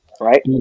right